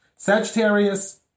Sagittarius